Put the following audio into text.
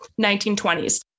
1920s